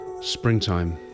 springtime